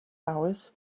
hours